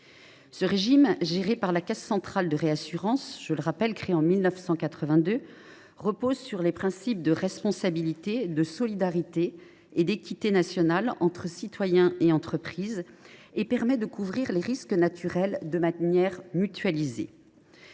Ce régime, géré par la Caisse centrale de réassurance, a été créé en 1982. Reposant sur les principes de responsabilité, de solidarité et d’équité nationales entre citoyens et entreprises, il permet de couvrir les risques naturels de manière mutualisée.